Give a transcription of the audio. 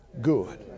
good